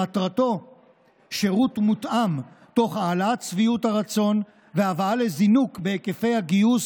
שמטרתו שירות מותאם תוך העלאת שביעות הרצון והבאה לזינוק בהיקפי הגיוס